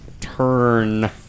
turn